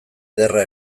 ederra